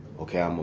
okay, um